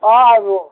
অঁ আহিব